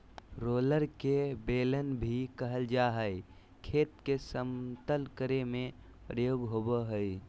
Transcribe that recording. roller के बेलन भी कहल जा हई, खेत के समतल करे में प्रयोग होवअ हई